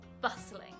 bustling